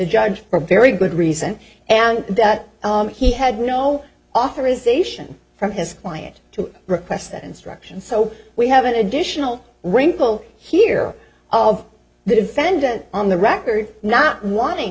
judge for very good reason and that he had no authorization from his client to request that instruction so we have an additional wrinkle here of the defendant on the record not wanting